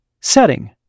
Setting